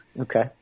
Okay